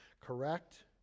Correct